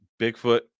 Bigfoot